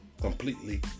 completely